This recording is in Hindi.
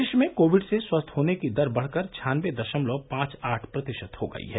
देश में कोविड से स्वस्थ होने की दर बढ़कर छानबे दशमलव पांच आठ प्रतिशत हो गई है